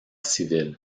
civil